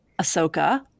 Ahsoka